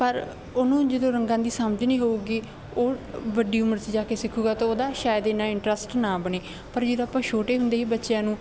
ਪਰ ਉਹਨੂੰ ਜਦੋਂ ਰੰਗਾਂ ਦੀ ਸਮਝ ਨਹੀਂ ਹੋਊਗੀ ਉਹ ਵੱਡੀ ਉਮਰ 'ਚ ਜਾ ਕੇ ਸਿੱਖੂਗਾ ਤਾਂ ਉਹਦਾ ਸ਼ਾਇਦ ਇੰਨਾ ਇੰਟਰਸਟ ਨਾ ਬਣੇ ਪਰ ਜਦੋਂ ਆਪਾਂ ਛੋਟੇ ਹੁੰਦੇ ਹੀ ਬੱਚਿਆਂ ਨੂੰ